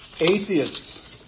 atheists